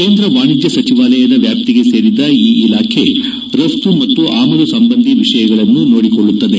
ಕೇಂದ್ರ ವಾಣಿಜ್ಞ ಸಚಿವಾಲಯದ ವ್ಯಾಪ್ತಿಗೆ ಸೇರಿದ ಈ ಇಲಾಖೆ ರಫ್ತು ಮತ್ತು ಆಮದು ಸಂಬಂಧಿ ವಿಷಯಗಳನ್ನು ನೋಡಿಕೊಳ್ಳುತ್ತದೆ